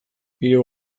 hiru